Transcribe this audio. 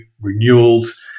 renewals